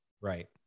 Right